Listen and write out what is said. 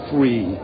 Free